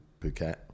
phuket